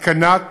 התקנת